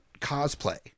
cosplay